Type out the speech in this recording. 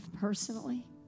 personally